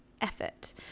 effort